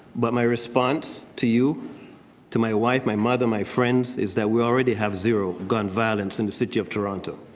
but my response to you to my wife, my mother, my friends is that we already have zero gun violence in the city of toronto.